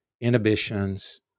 inhibitions